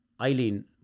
Eileen